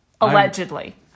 Allegedly